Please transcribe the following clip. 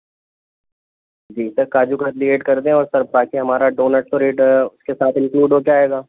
جی sir kaju katli add کر دیں اور سر باقی ہمارا ڈونٹ تو ریٹ کے ساتھ انکلوڈ ہو کے آئے گا